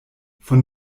von